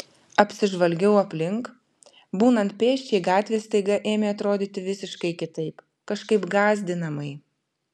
apsižvalgiau aplink būnant pėsčiai gatvės staiga ėmė atrodyti visiškai kitaip kažkaip gąsdinamai